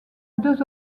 deux